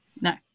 No